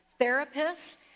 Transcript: therapists